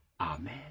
Amen